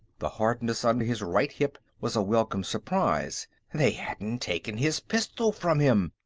the hardness under his right hip was a welcome surprise they hadn't taken his pistol from him!